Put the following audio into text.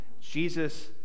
jesus